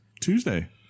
Tuesday